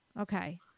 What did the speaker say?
Okay